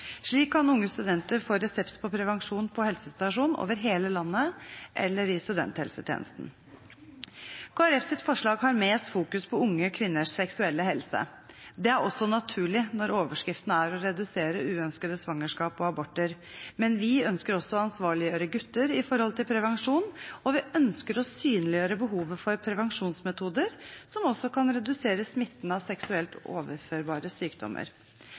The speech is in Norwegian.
Slik kan unge studenter få resept på prevensjon på helsestasjoner over hele landet eller hos studenthelsetjenesten. Kristelig Folkepartis forslag har mest fokus på unge kvinners seksuelle helse. Det er også naturlig når overskriften er å redusere uønskede svangerskap og aborter. Men vi ønsker også å ansvarliggjøre gutter når det gjelder prevensjon, og vi ønsker å synliggjøre behovet for prevensjonsmetoder som også kan redusere smitten av seksuelt overførbare sykdommer.